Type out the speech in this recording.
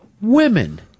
women